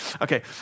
Okay